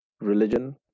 religion